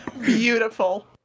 Beautiful